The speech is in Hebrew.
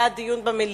זה בעד דיון במליאה,